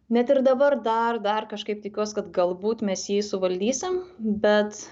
net ir dabar dar dar kažkaip tikiuos kad galbūt mes jį suvaldysim bet